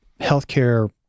healthcare